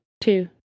two